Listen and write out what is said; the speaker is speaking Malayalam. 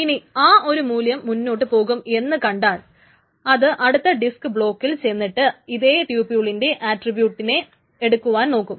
ഇനി ആ ഒരു മൂല്യം മുന്നോട്ടുപോകും എന്നു കണ്ടാൽ അത് അടുത്ത ഡിസ്ക് ബ്ളോക്കിൽ ചെന്നിട്ട് ഇതെ ട്യുപൂൾളിന്റെ ആട്രിബ്യൂട്ടിനെ എടുക്കുവാൻ നോക്കും